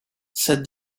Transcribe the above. said